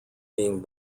being